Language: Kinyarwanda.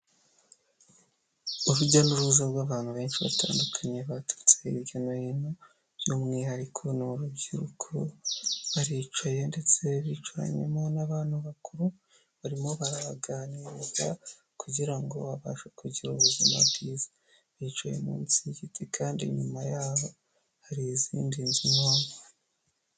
Urujya n'uruza rw'abantu benshi batandukanye baturutse hirya no hino, by'umwihariko ni urubyiruko baricaye ndetse bicaranyemo n'abantu bakuru, barimo barabaganiriza kugira ngo babashe kugira ubuzima bwiza. Bicaye munsi y'igiti kandi nyuma yaho hari izindi nzu impande.